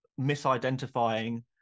misidentifying